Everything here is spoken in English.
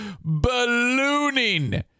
ballooning